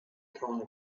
cone